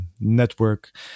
network